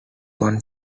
one